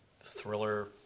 thriller